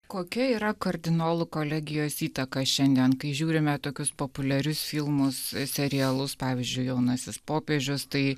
kokia yra kardinolų kolegijos įtaka šiandien kai žiūrime tokius populiarius filmus serialus pavyzdžiui jaunasis popiežius tai